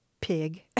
pig